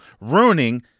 ruining